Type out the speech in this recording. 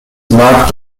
mark